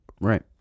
Right